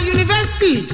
University